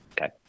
okay